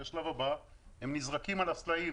כי בשלב הבא הם נזרקים על הסלעים,